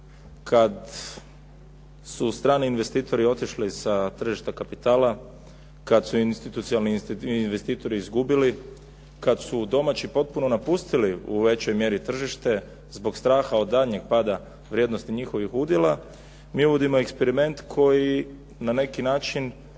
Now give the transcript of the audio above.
Kad su strani investitori otišli sa tržišta kapitala, kad su institucionalni investitori izgubili, kad su domaći potpuno napustili u većoj mjeri tržište zbog straha od daljnjeg pada vrijednosti njihovih udjela, mi nudimo eksperiment koji na neki način